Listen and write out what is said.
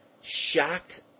shocked